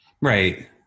Right